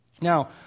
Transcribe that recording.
Now